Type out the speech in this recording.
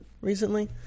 recently